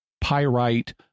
pyrite